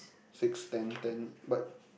six ten ten but